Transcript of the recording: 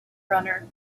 runner